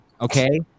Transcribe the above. Okay